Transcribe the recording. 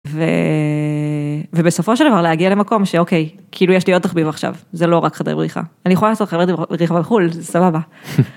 ובסופו של דבר להגיע למקום שאוקיי כאילו יש לי עוד תחביב עכשיו זה לא רק חדר בריחה אני יכולה לעשות חדר בריחה בחו״ל, סבבה.